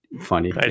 funny